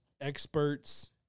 experts